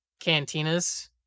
cantinas